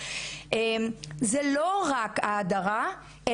זה לא רק ההדרה,